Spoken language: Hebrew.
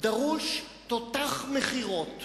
דרוש תותח מכירות,